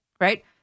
right